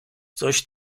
coś